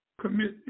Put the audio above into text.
commit